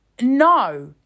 no